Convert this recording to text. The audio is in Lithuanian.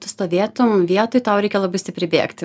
tu stovėtum vietoj tau reikia labai stipriai bėgti